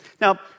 Now